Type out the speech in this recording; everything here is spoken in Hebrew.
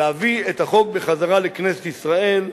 להביא את החוק בחזרה לכנסת ישראל,